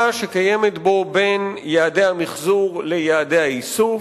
שקיימת בו בין יעדי המיחזור ליעדי האיסוף.